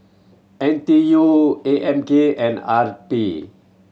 N T U A M K and R